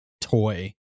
toy